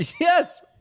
Yes